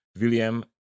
William